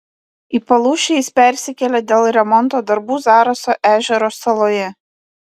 į palūšę jis persikėlė dėl remonto darbų zaraso ežero saloje